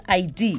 id